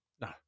No